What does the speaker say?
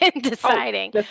deciding